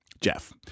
Jeff